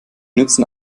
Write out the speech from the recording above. nützen